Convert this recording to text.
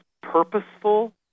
purposeful